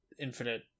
infinite